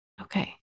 okay